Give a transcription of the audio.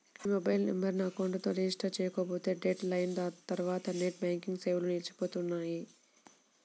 మీ mobile నెంబర్ను account తో register చేసుకోకపోతే డెడ్ లైన్ తర్వాత నెట్ బ్యాంకింగ్ సేవలు నిలిచిపోనున్నాయి